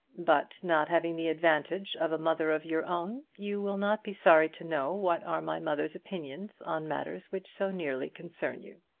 but not having the advantage of a mother of your own, you will not be sorry to know what are my mother's opinions on matters which so nearly concern you.